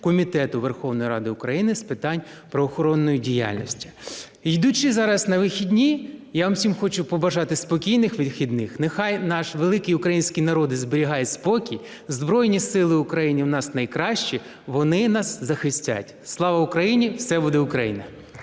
Комітету Верховної Ради України з питань правоохоронної діяльності. Йдучи зараз на вихідні, я вам всім хочу побажати спокійних вихідних. Нехай наш великий український народ зберігає спокій. Збройні Сили в Україні у нас найкращі, вони нас захистять. Слава Україні! Все буде Україна.